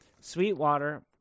Sweetwater